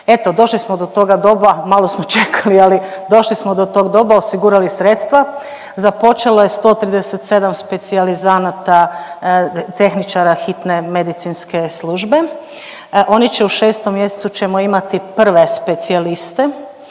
Eto, došli smo do toga doba, malo smo čekali, ali došli smo do tog doba, osigurali sredstva, započelo je 137 specijalizanata tehničara hitne medicinske službe, oni će u 6. mjesecu ćemo imati prve specijaliste,